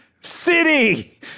City